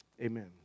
Amen